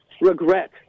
regret